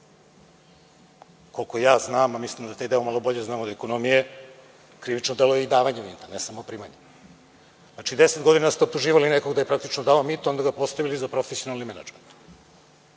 Koliko ja znam, a mislim da taj deo malo bolje znam od ekonomije, krivično delo je i davanje mita, a ne samo primanje. Znači, deset godina ste optuživali nekog da je praktično davao mito, a onda ga postavili za profesionalni menadžment,